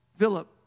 Philip